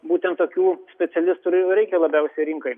būtent tokių specialistų ir reikia labiausiai rinkai